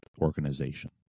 organization